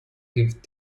gift